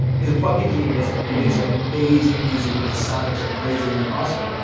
he's a fucking genius, and he makes amazing music, and his sonics are crazy and they're awesome.